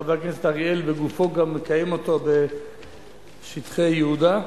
וחבר הכנסת אריאל בגופו גם מקיים אותו בשטחי יהודה,